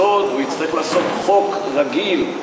כוונת המחוקק או מי שהביא את הצעת החוק הזאת לשולחן הבית הזה.